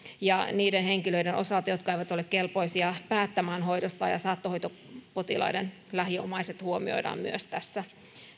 ja niiden henkilöiden osalta jotka eivät ole kelpoisia päättämään hoidostaan myös saattohoitopotilaiden lähiomaiset huomioidaan tässä